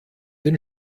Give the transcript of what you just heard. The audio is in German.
den